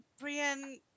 Brienne